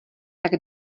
tak